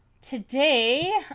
Today